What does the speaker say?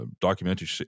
documentary